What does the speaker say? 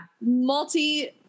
Multi